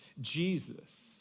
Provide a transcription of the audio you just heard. Jesus